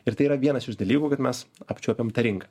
ir tai yra vienas iš dalykų kad mes apčiuopiam tą rinką